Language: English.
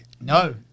No